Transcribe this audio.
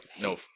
No